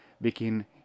begin